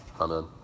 Amen